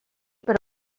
per